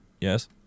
Yes